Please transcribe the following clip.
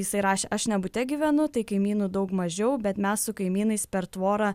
jisai rašė aš ne bute gyvenu tai kaimynų daug mažiau bet mes su kaimynais per tvorą